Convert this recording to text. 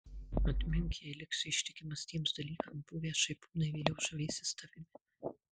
atmink jei liksi ištikimas tiems dalykams buvę šaipūnai vėliau žavėsis tavimi